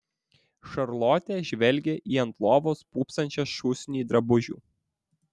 šarlotė žvelgė į ant lovos pūpsančią šūsnį drabužių